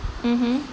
mmhmm